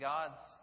God's